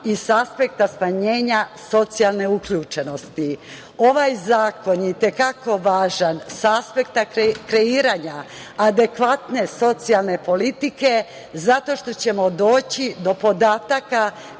i sa aspekta smanjenja socijalne uključenosti. Ovaj zakon je i te kako važan sa aspekta kreiranja adekvatne socijalne politike zato što ćemo doći do podataka